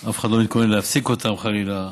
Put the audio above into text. שאף אחד לא מתכונן להפסיק אותו, חלילה.